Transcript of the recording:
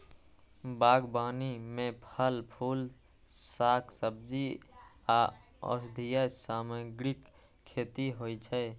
बागबानी मे फल, फूल, शाक, सब्जी आ औषधीय सामग्रीक खेती होइ छै